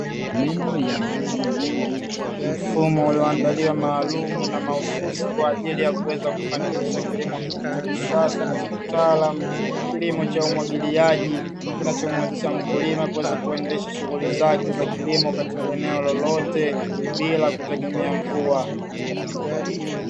Mfumo ulioandaliwa maalumu na mahususi kwajili ya kuweza kufanikisha kilimo hiki cha kisasa na cha kitaalamu kilimo cha umwagiliaji, kinachomuwezesha mkulima kuendesha shughuli zake za kilimo katika eneo lolote bila kutegemea mvua.